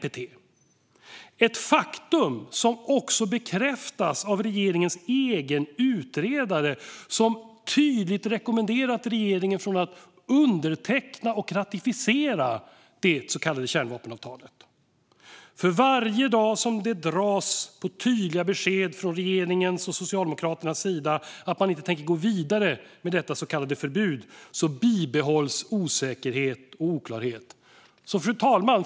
Det är ett faktum som också bekräftas av regeringens egen utredare som tydligt rekommenderat regeringen att inte underteckna och ratificera det så kallade kärnvapenavtalet. För varje dag som regeringen och Socialdemokraterna drar på tydliga besked om att de inte tänker gå vidare med detta så kallade förbud bibehålls osäkerhet och oklarhet. Fru talman!